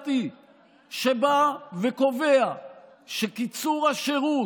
שערורייתי שבא וקובע שקיצור השירות,